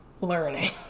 learning